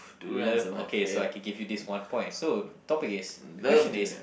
you love okay so I can give you this one point so topic is the question is